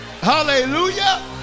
hallelujah